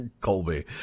Colby